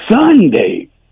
Sunday